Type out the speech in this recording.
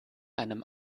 einem